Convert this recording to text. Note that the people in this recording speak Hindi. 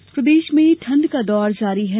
मौसम प्रदेश में ठंड का दौर जारी है